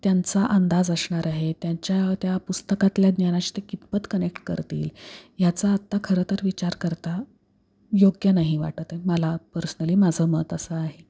त्यांचा अंदाज असणार आहे त्यांच्या त्या पुस्तकातल्या ज्ञानाशी ते कितपत कनेक्ट करतील ह्याचा आता खरंतर विचार करता योग्य नाही वाटत आहे मला पर्सनली माझं मत असं आहे